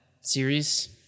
series